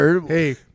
Hey